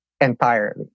entirely